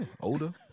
Older